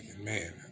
man